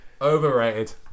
overrated